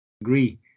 agree